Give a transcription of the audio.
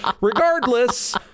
Regardless